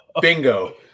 Bingo